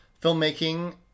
filmmaking